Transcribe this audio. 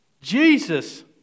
Jesus